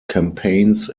campaigns